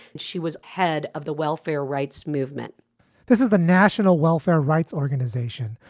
she was head of the welfare rights movement this is the national welfare rights organization,